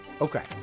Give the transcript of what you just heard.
Okay